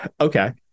okay